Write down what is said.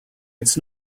it’s